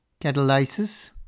catalysis